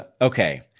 okay